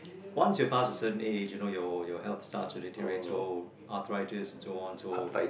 once you pass a certain age you know your your health starts to deteriorate so I will try to this and so on so